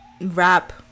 rap